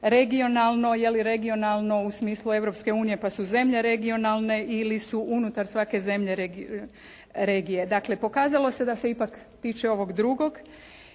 regionalno, je li regionalno u smislu Europske unije pa su zemlje regionalne ili su unutar svake zemlje regije. Dakle, pokazalo se da se ipak tiče ovog drugog.